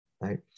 right